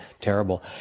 Terrible